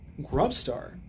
Grubstar